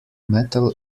metal